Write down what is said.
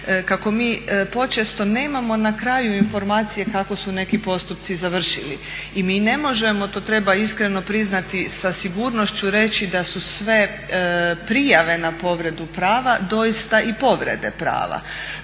kako mi počesto nemamo na kraju informacije kako su neki postupci završili i mi ne možemo, to treba iskreno priznati, sa sigurnošću reći da su sve prijave na povredu prava doista i povrede prava.